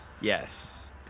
Yes